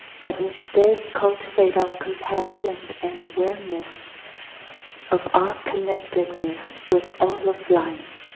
but instead, cultivate our compassion and awareness of our connectedness with all of life.